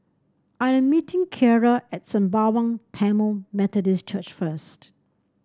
I am meeting Kiarra at Sembawang Tamil Methodist Church first